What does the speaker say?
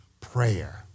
prayer